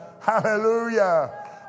Hallelujah